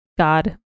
God